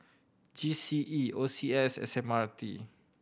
G C E O C S and S M R T